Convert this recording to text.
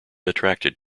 attracted